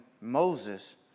Moses